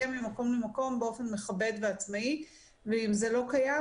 מקום למקום באופן מכבד ועצמאי ואם זה לא קיים,